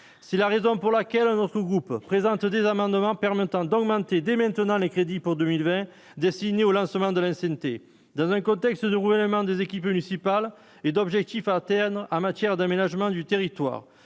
si la raison pour laquelle on en sous-groupes présentent des amendements permettant d'augmenter dès maintenant les crédits pour 2020 destiné au lancement de la TNT dans un contexte de gouvernement des équipes municipales et d'objectifs internes en matière d'aménagement du territoire,